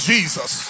Jesus